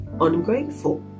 ungrateful